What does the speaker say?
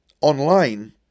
online